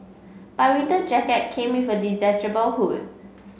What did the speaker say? by winter jacket came with a detachable hood